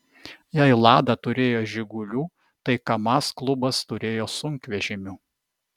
jei lada turėjo žigulių tai kamaz klubas turėjo sunkvežimių